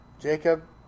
Jacob